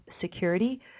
security